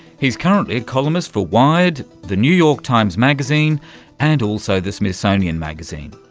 he's currently a columnist for wired, the new york times magazine and also the smithsonian magazine.